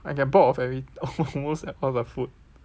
I get bored of every almost all the food